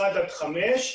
1 5,